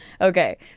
Okay